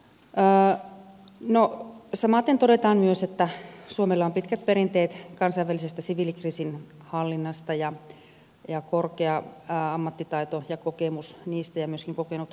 samaten todetaan myös että suomella on pitkät perinteet kansainvälisessä siviilikriisinhallinnassa ja korkea ammattitaito ja kokemus ja myöskin kokenut henkilökunta